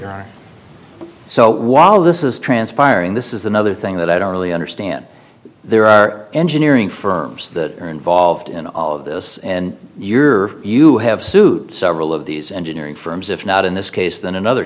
are so while this is transpiring this is another thing that i don't really understand there are engineering firms that are involved in all of this and you're you have sued several of these engineering firms if not in this case than in other